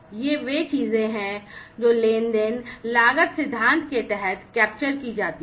ये वे चीजें हैं जो लेनदेन लागत सिद्धांत के तहत कैप्चर की जाती हैं